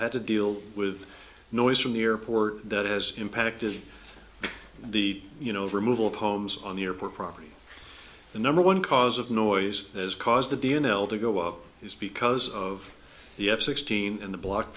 had to deal with noise from the airport that has impacted the you know removal of homes on the airport property the number one cause of noise has caused the d l to go up is because of the f sixteen and the block